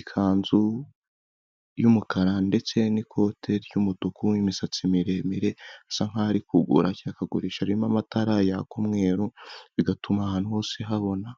ikanzu y'umukara ndetse n'ikote ry'umutuku n'imisatsi miremire asa nkahori kugura ishyakagurisha ririmo amatara yaka umweru bigatuma ahantu hose habona,